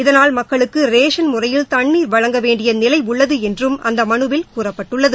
இதனால் மக்களுக்கு ரேஷன் முறையில் தண்ணீர் வழங்கவேண்டிய நிலை உள்ளது என்றும் அந்த மனுவில் கூறப்பட்டுள்ளது